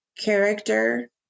character